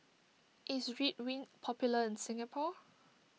is Ridwind popular in Singapore